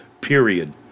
period